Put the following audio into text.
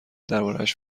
دربارهاش